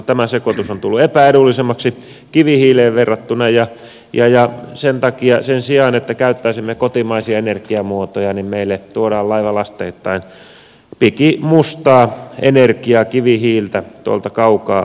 tämä sekoitus on tullut epäedullisemmaksi kivihiileen verrattuna ja sen takia sen sijaan että käyttäisimme kotimaisia energiamuotoja meille tuodaan laivalasteittain pikimustaa energiaa kivihiiltä tuolta kaukaa ulkomailta